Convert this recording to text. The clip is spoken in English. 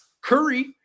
Curry